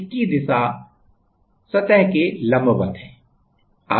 और इसकी दिशा सतह के लंबवत है